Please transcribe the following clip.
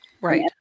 Right